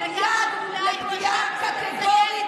לא צריך תקציב למיגון צפון,